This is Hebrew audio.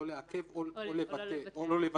לא לעכב או לא לבטל",